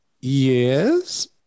Yes